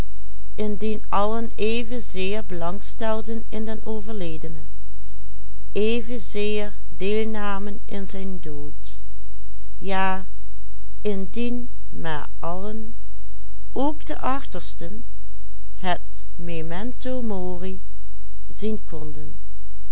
in zijn dood ja indien maar allen ook de achtersten het memento mori zien